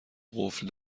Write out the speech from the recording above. قفل